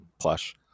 plush